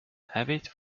avid